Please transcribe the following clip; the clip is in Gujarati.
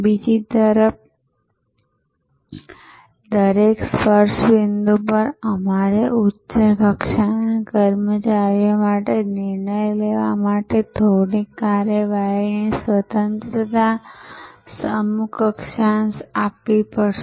બીજી તરફ દરેક સ્પર્શ બિંદુ પર અમારે ઉચ્ચ કક્ષાના કર્મચારીઓ માટે નિર્ણય લેવા માટે થોડીક કાર્યવાહીની સ્વતંત્રતા અમુક અક્ષાંશ આપવી પડશે